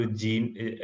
gene